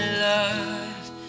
love